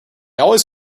always